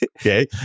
Okay